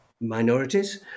minorities